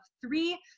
three